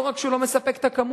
לא רק שהוא לא מספק את הכמות,